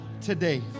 today